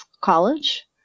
college